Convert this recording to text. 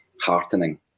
heartening